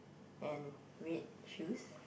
and red shoes